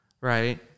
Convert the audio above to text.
right